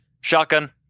Shotgun